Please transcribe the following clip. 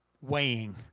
weighing